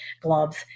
gloves